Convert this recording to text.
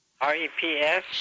R-E-P-S